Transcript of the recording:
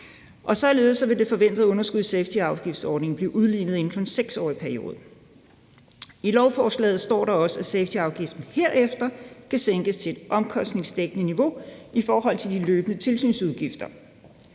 2028. Således vil det forventede underskud i safetyafgiftsordningen blive udlignet inden for en 6-årig periode. I lovforslaget står der også, at safetyafgiften herefter skal sænkes til et omkostningsdækkende niveau i forhold til de løbende tilsynsudgifter.